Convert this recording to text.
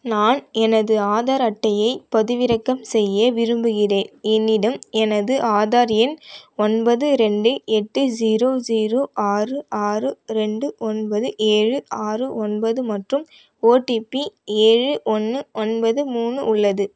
நான் எனது ஆதார் அட்டையைப் பதிவிறக்கம் செய்ய விரும்புகிறேன் என்னிடம் எனது ஆதார் எண் ஒன்பது ரெண்டு எட்டு ஜீரோ ஜீரோ ஆறு ஆறு ரெண்டு ஒன்பது ஏழு ஆறு ஒன்பது மற்றும் ஓடிபி ஏழு ஒன்று ஒன்பது மூணு உள்ளது